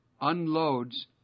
unloads